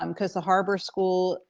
um because the harbor school,